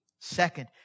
Second